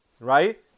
right